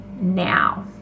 now